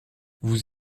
vous